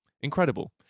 incredible